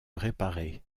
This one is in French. réparé